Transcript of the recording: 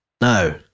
no